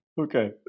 Okay